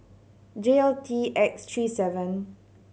J L T X three seven